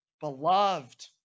beloved